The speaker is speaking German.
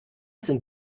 sind